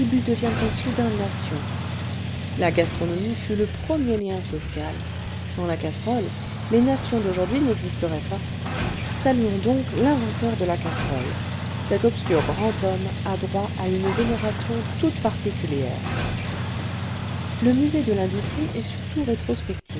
deviendrait soudain nation la gastronomie fut le premier lien social sans la casserole les nations d'aujourd'hui n'existeraient pas saluons restaurant aérien donc l'inventeur de la casserole cet obscur grand homme a droit à une vénération toute particulière le musée de l'industrie est surtout rétrospectif